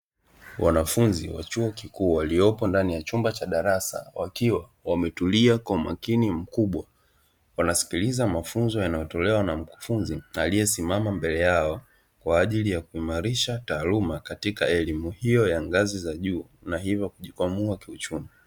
Wanafunzi wa chuo kikuu waliopo ndani ya chumba cha darasa, wakiwa wametulia kwa umakini mkubwa wanasikiliza mafunzo yanayotolewa na mkufunzi aliyesimama mbele yao, kwa ajili ya kuimarisha taaluma katika elimu hiyo ya ngazi za juu na hivyo kujikwamua kiuchumi.